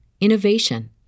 innovation